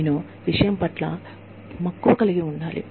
నేను విషయం పట్ల మక్కువ కలిగి ఉండాలి